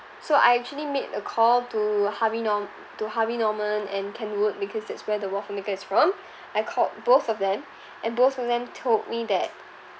so I actually made a call to Harvey Nor~ to Harvey Norman and Kenwood because that's where the waffle maker is from I called both of them and both of them told me that